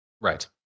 Right